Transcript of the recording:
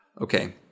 Okay